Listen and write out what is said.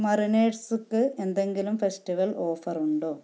മറിനേഡ്സ്ക്ക് എന്തെങ്കിലും festival offer ഉണ്ടോ